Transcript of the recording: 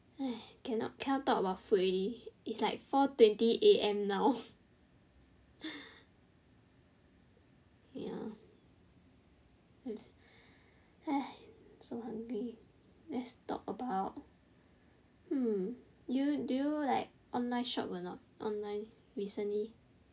!hais! cannot cannot talk about food already it's like four twenty A_M now ya !hais! so hungry let's talk about hmm do you do you like online shop or not online recently